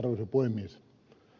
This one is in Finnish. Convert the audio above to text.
arvoisa puhemies